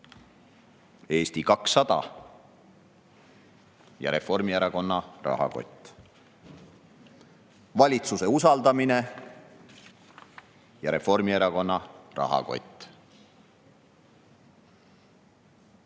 Eesti 200 ja Reformierakonna rahakott. Valitsuse usaldamine ja Reformierakonna rahakott.